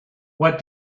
what